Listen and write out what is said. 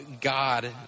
God